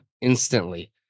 instantly